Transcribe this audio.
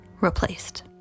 replaced